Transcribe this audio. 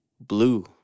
Blue